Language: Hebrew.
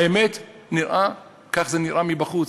האמת, כך זה נראה מבחוץ,